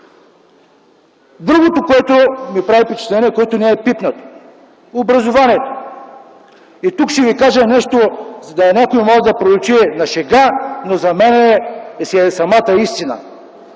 Другото, което ми прави впечатление, че не е пипнато - образованието. Тук ще ви кажа нещо, на някой може да прозвучи на шега, но за мен е самата истина